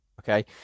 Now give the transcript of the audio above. Okay